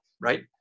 right